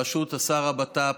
בראשות שר הבט"פ,